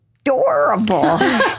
adorable